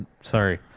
sorry